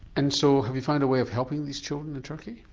and so have you found a way of helping these children in turkey?